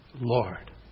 Lord